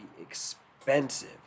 expensive